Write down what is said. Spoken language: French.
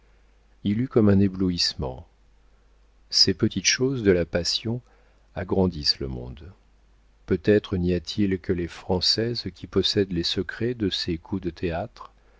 il eut comme un éblouissement ces petites choses de la passion agrandissent le monde peut-être n'y a-t-il que les françaises qui possèdent les secrets de ces coups de théâtre